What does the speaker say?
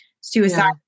suicide